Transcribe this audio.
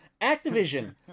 Activision